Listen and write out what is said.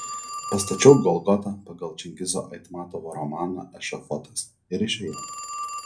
pastačiau golgotą pagal čingizo aitmatovo romaną ešafotas ir išėjau